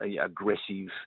aggressive